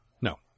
No